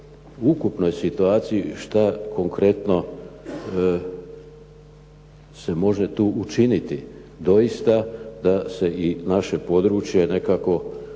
ukupnoj situaciji što konkretno se može tu učiniti. Doista da se i naše područje nekako u